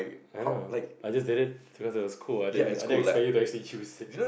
I don't know I just did it because it was cool I didn't I didn't expect you to actually choose it